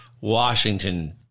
Washington